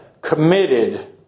committed